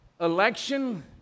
Election